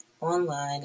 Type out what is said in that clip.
online